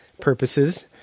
purposes